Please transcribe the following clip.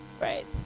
right